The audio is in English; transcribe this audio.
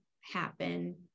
happen